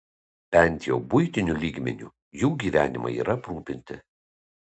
bent jau buitiniu lygmeniu jų gyvenimai yra aprūpinti